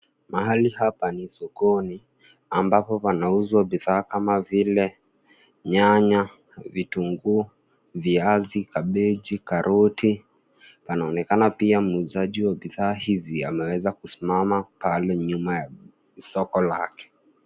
Magali hapa ni sokoni ambapo panauzwa vifaa kama vile nyanya, vitunguu, viazi, kabichi, karoti. Panaonekana pia muuzajii wa bidhaa hizi ameweza kusimama pale nyuma ya soko lake.